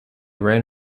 ran